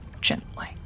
gently